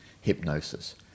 hypnosis